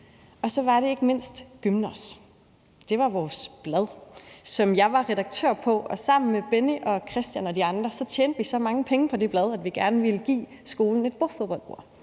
Og så var det ikke mindst Gymnos – det var vores blad, som jeg var redaktør på. Sammen med Benny og Christian og de andre tjente vi så mange penge på det blad, at vi gerne ville give skolen et bordfodboldbord.